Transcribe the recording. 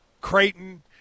Creighton